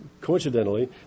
coincidentally